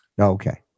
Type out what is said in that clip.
Okay